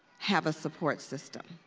have a support system,